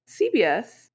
CBS